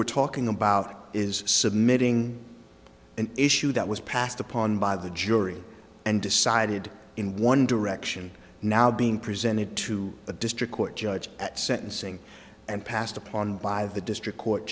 we're talking about is submitting an issue that was passed upon by the jury and decided in one direction now being presented to the district court judge at sentencing and passed upon by the district court